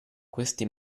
queste